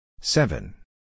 Seven